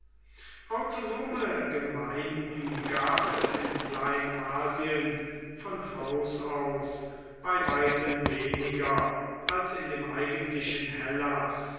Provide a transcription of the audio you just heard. autonome gemeinden gab es in kleinasien von haus aus bei weitem weniger als in dem eigentlichen hellas